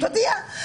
תודיע.